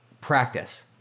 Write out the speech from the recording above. practice